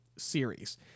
series